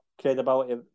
credibility